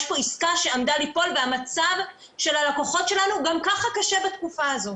יש פה עסקה שעמדה ליפול והמצב של הלקוחות שלנו גם ככה קשה בתקופה הזו.